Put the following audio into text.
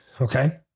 okay